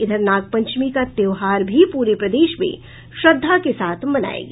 इधर नागपंचमी का त्यौहार भी पूरे प्रदेश में श्रद्धा के साथ मनाया गया